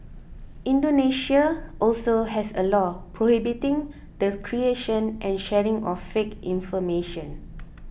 Indonesia also has a law prohibiting the creation and sharing of fake information